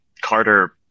Carter